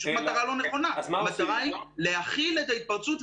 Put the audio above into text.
המטרה היא להכיל את ההתפרצות,